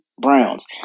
Browns